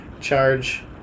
charge